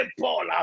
Paula